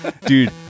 dude